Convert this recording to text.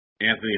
Anthony